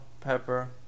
pepper